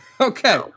okay